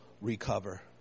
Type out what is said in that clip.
recover